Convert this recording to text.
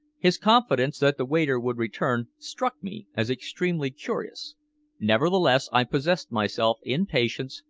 his confidence that the waiter would return struck me as extremely curious nevertheless i possessed myself in patience,